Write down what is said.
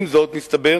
עם זאת, מסתבר